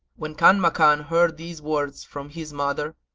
when kanmakan heard these words from his mother,